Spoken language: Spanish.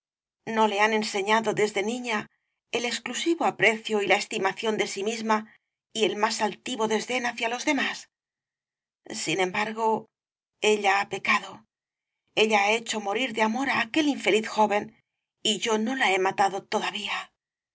no le han enseñado desde niña el exclusivo aprecio y la estimación de sí misma y el más altivo desdén hacia los demás sin embargo ella ha pecado ella ha hecho morir de amor á aquel infeliz joven y yo no la he matado todavía